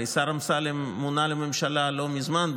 הרי השר אמסלם מונה לממשלה לא מזמן,